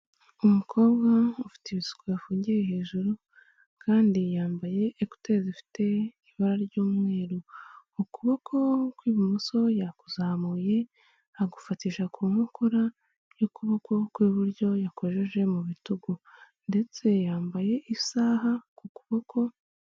Umukobwa ufite ibisuko bifungiye hejuru kandi yambaye ekuteri zifite ibara ry'umweru. Ukuboko kw'ibumoso yakuzamuye agufatisha ku nkokora y'ukuboko kw'iburyo yakojeje mu bitugu ndetse yambaye isaha ku kuboko.